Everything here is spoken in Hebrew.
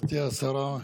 גברתי השרה,